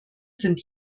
sind